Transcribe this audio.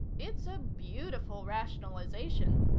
it's a beautiful rationalization,